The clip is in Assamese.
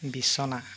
বিছনা